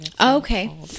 Okay